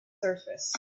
surface